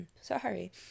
sorry